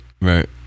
Right